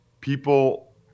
people